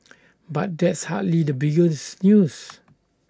but that's hardly the biggest news